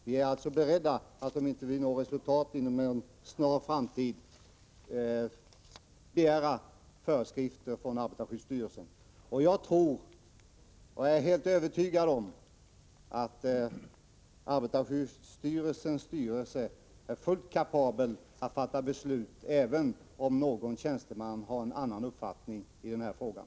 Vi är alltså beredda att, om vi inte inom en snar framtid får resultat, begära föreskrifter från arbetarskyddsstyrelsen. Och jag är helt övertygad om att arbetarskyddsstyrelsens styrelse är fullt kapabel att fatta beslut, även om någon tjänsteman har en annan uppfattning i den här frågan.